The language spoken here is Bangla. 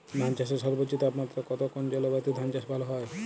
ধান চাষে সর্বোচ্চ তাপমাত্রা কত কোন জলবায়ুতে ধান চাষ ভালো হয়?